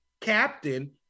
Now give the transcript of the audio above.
captain